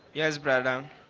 he has brought down.